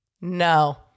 No